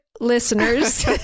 Listeners